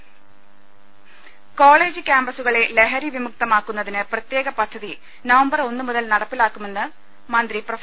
ലലലലലലലലലലലല കോളേജ് ക്യാമ്പസുകളെ ലഹരി വിമുക്തമാക്കുന്നതിന് പ്രത്യേക പദ്ധതി നവംബർ ഒന്ന് മുതൽ നടപ്പിലാക്കുമെന്ന് മന്ത്രി പ്രഫ